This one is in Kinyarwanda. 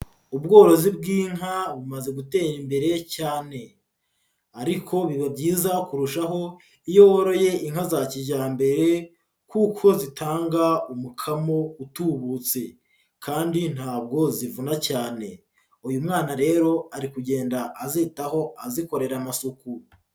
Ubworozi bw'inka bumaze gutera imbere cyane ariko biba byiza kurushaho, iyo woroye inka za kijyambere kuko zitanga umukamo utubutse kandi ntabwo zivuna cyane, uyu mwana rero ari kugenda azitaho azikorera amasuku.